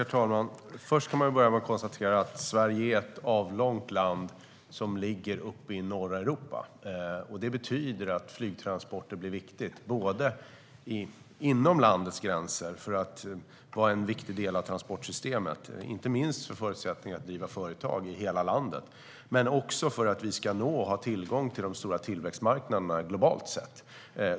Herr talman! Först kan man börja med att konstatera att Sverige är ett avlångt land som ligger uppe i norra Europa. Det betyder att flygtransporter blir viktiga inom landets gränser som en viktig del av transportsystemet. Det gäller inte minst för förutsättningarna att driva företag i hela landet. Men de är också viktiga för att vi ska nå och ha tillgång till de stora tillväxtmarknaderna globalt sett.